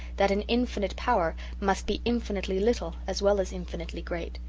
that an infinite power must be infinitely little as well as infinitely great.